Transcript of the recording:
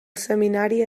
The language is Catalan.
seminari